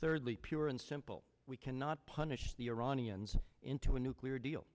thirdly pure and simple we cannot punish the iranians into a nuclear deal